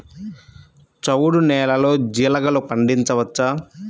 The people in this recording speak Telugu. చవుడు నేలలో జీలగలు పండించవచ్చా?